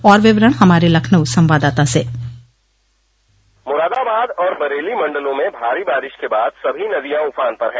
और विवरण हमारे लखनऊ संवाददाता से मुरादाबाद और बरेली मंडलों में भारी बारिश के बाद सभी नदियां उफान पर हैं